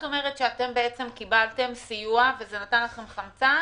את אומרת שקבלתם סיוע שנתן לכם חמצן